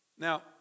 Now